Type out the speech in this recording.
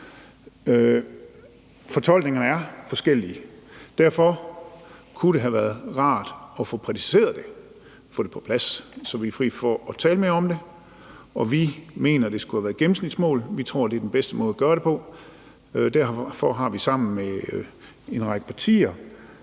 Fortolkninger er forskellige, og derfor kunne det have været rart at få præciseret det, at få det på plads, så vi er fri for at tale mere om det. Vi mener, at det skulle have været gennemsnitsmål. Vi tror, det er den bedste måde at gøre det på, og derfor har vi sammen med en række partier